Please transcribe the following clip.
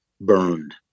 burned